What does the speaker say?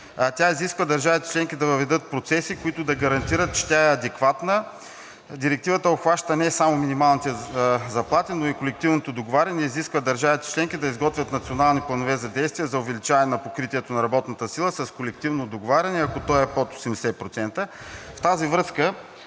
Тя изисква държавите членки да въведат процеси, които да гарантират, че тя е адекватна. Директивата обхваща не само минималните заплати, но и колективното договаряне и изисква държавите членки да изготвят национални планове за действие за увеличаване на покритието на работната сила с колективно договаряне, ако то е под 80%.